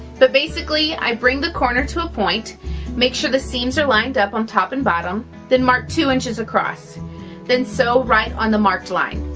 but basically i bring the corner to a point make sure the scenes are lined up on top and bottom then mark two inches across then sew right on the marked line